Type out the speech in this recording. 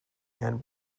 and